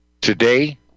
Today